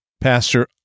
Pastor